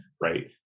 right